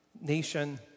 nation